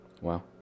Wow